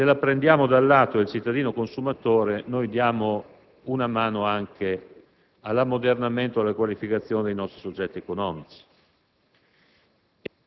se la prendiamo dal lato del cittadino consumatore, diamo una mano anche all'ammodernamento e alla qualificazione dei nostri soggetti economici.